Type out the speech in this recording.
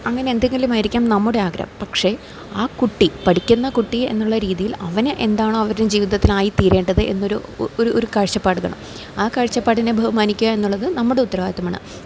അങ്ങനെ എന്തെങ്കിലും ആയിരിക്കാം നമ്മുടെ ആഗ്രഹം പക്ഷേ ആ കുട്ടി പഠിക്കുന്ന കുട്ടി എന്നുള്ള രീതിയിൽ അവന് എന്താണോ അവരുടെ ജീവിതത്തിലായിത്തീരേണ്ടത് എന്നൊരു ഒരു കാഴ്ചപ്പാടു വേണം ആ കാഴ്ചപ്പാടിനെ ബഹുമാനിക്കുക എന്നുള്ളതു നമ്മുടെ ഉത്തരവാദിത്തമാണ്